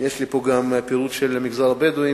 יש לי פה גם פירוט של המגזר הבדואי,